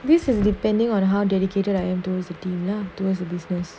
this is depending on how dedicated I am those dinner towards the business